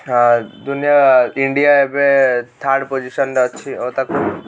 ହଁ ଦୁନିଆ ଇଣ୍ଡିଆ ଏବେ ଥାର୍ଡ଼ ପୋଜିସନରେ ଅଛି ଓ ତାକୁ